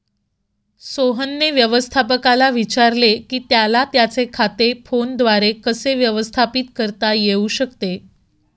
सोहनने व्यवस्थापकाला विचारले की त्याला त्याचे खाते फोनद्वारे कसे व्यवस्थापित करता येऊ शकते